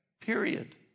Period